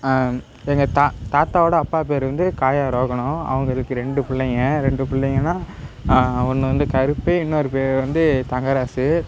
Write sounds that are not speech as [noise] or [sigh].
எங்கள் தாத்தாவோட அப்பா பேர் வந்து [unintelligible] அவங்களுக்கு ரெண்டு பிள்ளைங்க ரெண்டு பிள்ளைங்கனா ஒன்று வந்து கருப்பு இன்னொரு பேர் வந்து தங்கராசு